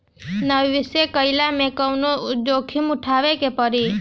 निवेस कईला मे कउन कउन जोखिम उठावे के परि?